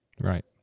Right